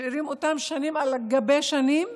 משאירים אותם שנים על גבי שנים,